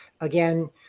Again